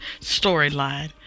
storyline